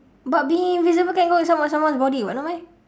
but being invisible can go inside someone's body no meh